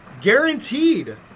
Guaranteed